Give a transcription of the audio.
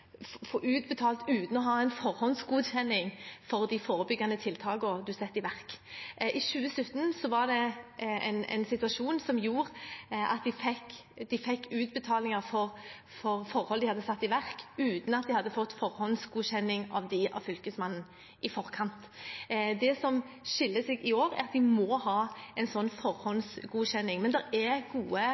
uten forhåndsgodkjenning av de forebyggende tiltakene en iverksatte. I 2017 var det en situasjon som gjorde at en fikk utbetaling for forhold en hadde iverksatt uten å ha fått forhåndsgodkjenning av dem av Fylkesmannen i forkant. Det som er forskjellen i år, er at man må ha en slik forhåndsgodkjenning. Men det er gode